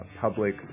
Public